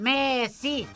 Messi